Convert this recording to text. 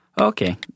Okay